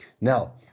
Now